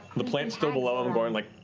the plant's still below him, going like